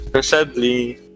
Sadly